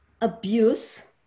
abuse